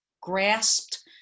grasped